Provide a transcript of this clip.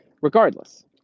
regardless